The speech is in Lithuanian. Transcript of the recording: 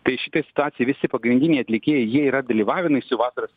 tai šitoj situacijoj visi pagrindiniai atlikėjai jie yra dalyvavę naisių vasaros